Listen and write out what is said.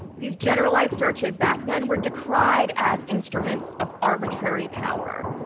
these generalized searches back then were decrie d as instruments of arbitrary power.